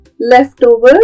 leftover